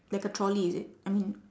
like a trolley is it I mean